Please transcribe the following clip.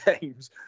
games